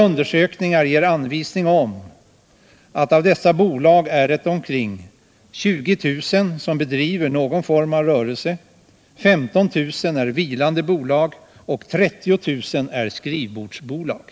Undersökningarna ger anvisning om att av dessa bolag driver 20 000 någon form av De mindre och rörelse medan 15 000 är vilande bolag och 30 000 är skrivbordsbolag.